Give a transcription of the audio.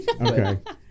Okay